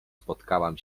spotkałam